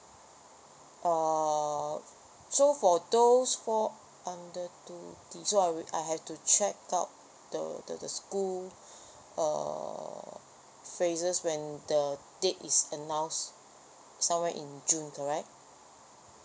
err so for those fall under two D so I would I have to check out the the the school uh phrases when the date is announced somewhere in june correct